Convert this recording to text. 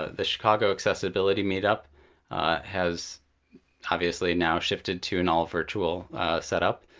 ah the chicago accessibility meetup has obviously now shifted to an all-virtual setup.